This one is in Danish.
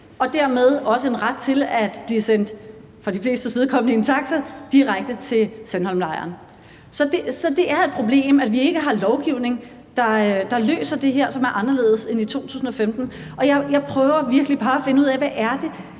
og dermed også en ret til at blive sendt, for de flestes vedkommende, i en taxa direkte til Sandholmlejren. Så det er et problem, at vi ikke har lovgivning, der løser det her, og som er anderledes end i 2015. Jeg prøver virkelig bare at finde ud af, hvad det